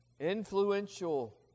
influential